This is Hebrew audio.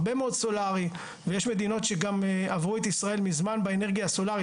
הרבה מאוד סולארי ויש גם מדינות שעברו את ישראל ממזמן באנרגיה הסולארית.